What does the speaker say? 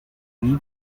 need